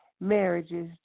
marriages